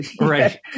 Right